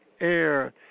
air